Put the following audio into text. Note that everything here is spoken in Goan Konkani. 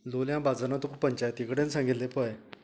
लोलयां बाजारांत तुक पंचायती कडेन सांगिल्ले पळय